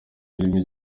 filimi